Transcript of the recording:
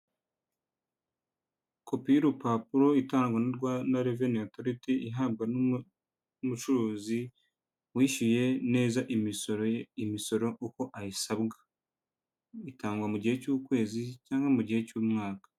Kopi y'urupapuro itangwarwa na Rwanda revenue authority ihabwa n'umucuruzi wishyuye neza imisoro, imisoro uko ayisabwa itangwa mu gihe cy'ukwezi cyangwa mu gihe cy'umwaka.